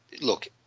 look